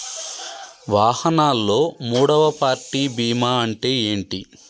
వాహనాల్లో మూడవ పార్టీ బీమా అంటే ఏంటి?